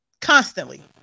constantly